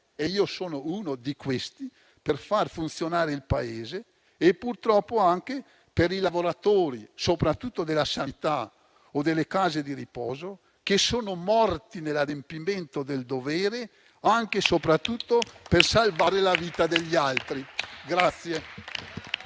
- io sono uno di questi - per far funzionare il Paese e purtroppo anche per i lavoratori, soprattutto della sanità o delle case di riposo, che sono morti nell'adempimento del dovere, anche e soprattutto per salvare la vita degli altri.